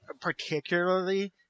particularly